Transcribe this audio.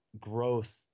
growth